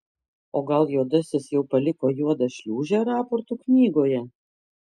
o gal juodasis jau paliko juodą šliūžę raportų knygoje